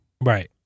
Right